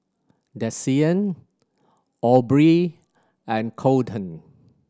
Desean Aubree and Colten